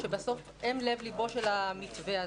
שבסוף הם לב לבו של המתווה הזה.